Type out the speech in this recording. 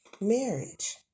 marriage